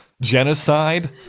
genocide